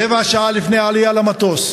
רבע שעה לפני העלייה למטוס,